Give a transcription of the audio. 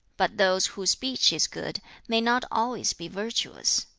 but those whose speech is good may not always be virtuous.